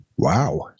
Wow